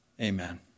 Amen